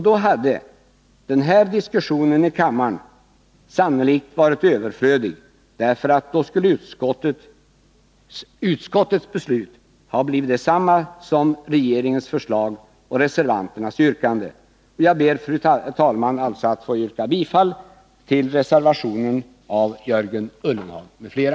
Då hade den här diskussionen i kammaren sannolikt varit överflödig, därför att utskottets beslut hade blivit detsamma som regeringens förslag och reservanternas yrkande. ; Jag ber, fru talman, att få yrka bifall till reservationen av Jörgen Ullenhag m.fl.